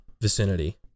vicinity